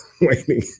waiting